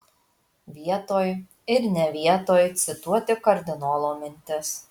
vietoj ir ne vietoj cituoti kardinolo mintis